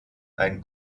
ein